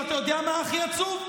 ואתה יודע מה הכי עצוב?